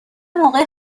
موقع